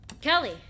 Kelly